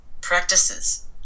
practices